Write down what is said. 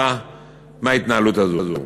כתוצאה מההתנהלות הזאת.